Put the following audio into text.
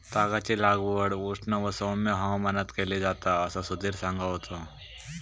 तागाची लागवड उष्ण व सौम्य हवामानात केली जाता असा सुधीर सांगा होतो